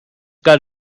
got